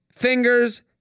fingers